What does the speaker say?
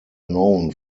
known